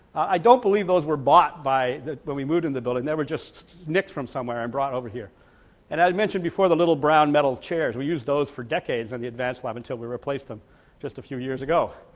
i don't believe those were bought by when we moved in the building they were just nicked from somewhere and brought over here and i'd mentioned before the little brown metal chairs, we use those for decades on the advanced lab until we replaced them just a few years ago.